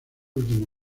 último